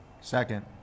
Second